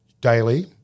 daily